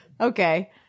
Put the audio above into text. Okay